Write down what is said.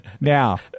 Now